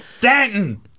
Danton